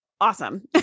awesome